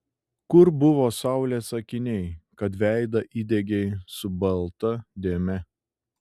kur buvo saulės akiniai kad veidą įdegei su balta dėme